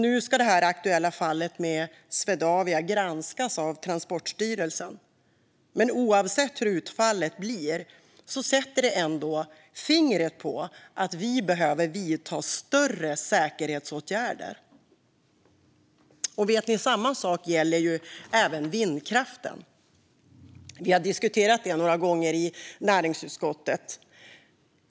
Nu ska det aktuella fallet med Swedavia granskas av Transportstyrelsen, men oavsett hur utfallet blir sätter det fingret på att vi behöver vidta åtgärder för större säkerhet. Samma sak gäller vindkraften. Vi har diskuterat det några gånger i näringsutskottet.